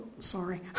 Sorry